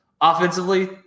offensively